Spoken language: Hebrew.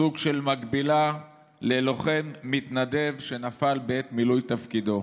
סוג של מקבילה ללוחם מתנדב שנפל בעת מילוי תפקידו.